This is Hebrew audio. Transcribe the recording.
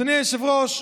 מלכיאלי,